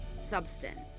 substance